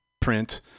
print